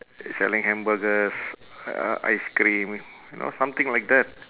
selling hamburgers ice cream you know something like that